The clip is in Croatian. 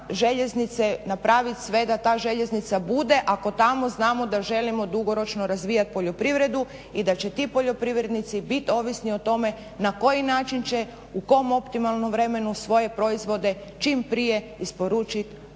željeznice napravit sve da ta željeznica bude ako tamo znamo da želimo dugoročno razvijat poljoprivredu i da će ti poljoprivrednici bit ovisni o tome na koji način će, u kom optimalnom vremenu svoje proizvode čim prije isporučit na tržište